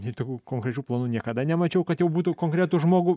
tokių konkrečių planų niekada nemačiau kad jau būtų konkretų žmogų